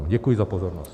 Děkuji za pozornost.